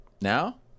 Now